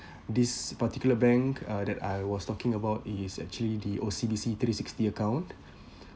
this particular bank uh that I was talking about is actually the O_C_B_C three sixty account